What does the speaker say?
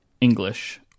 English